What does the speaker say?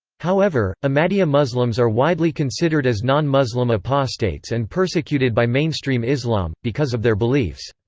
however, ahmadiyya muslims are widely considered as non-muslim apostates and persecuted by mainstream islam, because of their beliefs.